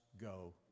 go